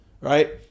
right